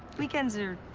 weekends are.